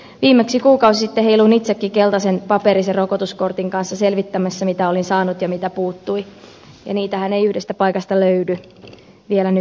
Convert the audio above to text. viimeksi kuukausi sitten heiluin itsekin keltaisen paperisen rokotuskortin kanssa selvittämässä mitä olin saanut ja mitä puuttui ja niitähän ei yhdestä paikasta löydy vielä nykyisellään